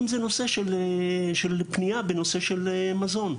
אם זה נושא של פנייה בנושא של מזון.